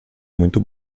muito